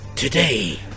Today